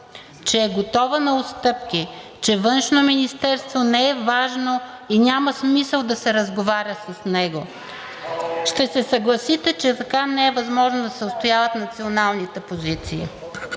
че е готова на отстъпки, че Външно министерство не е важно и няма смисъл да се разговаря с него. (Реплики.) Ще се съгласите, че така не е възможно да се отстояват националните позиции.